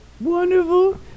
Wonderful